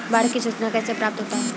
बाढ की सुचना कैसे प्राप्त होता हैं?